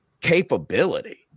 capability